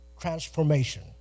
Transformation